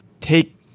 take